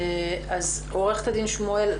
עוה"ד שמואל,